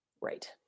Right